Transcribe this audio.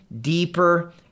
deeper